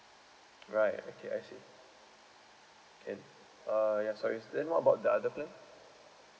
alright okay I see okay uh ya sorry then what about the other plan